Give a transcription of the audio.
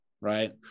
Right